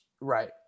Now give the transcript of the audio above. Right